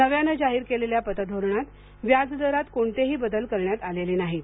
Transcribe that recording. नव्याने जाहीर केलेल्या पतधोरणात व्याज दरात कोणतेही बदल करण्यात आलेले नाहीत